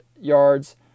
yards